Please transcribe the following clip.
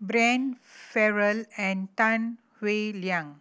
Farrell and Tan Howe Liang